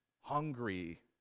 hungry